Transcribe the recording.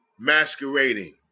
Masquerading